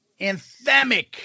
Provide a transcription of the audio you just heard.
anthemic